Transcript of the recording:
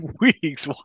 weeks